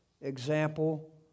example